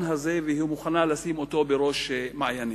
הזה ומוכנה לשים אותו בראש מעייניה.